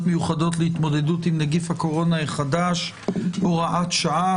מיוחדות להתמודדות עם נגיף הקורונה החדש (הוראת שעה),